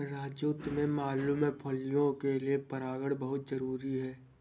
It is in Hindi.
राजू तुम्हें मालूम है फलियां के लिए परागन बहुत जरूरी है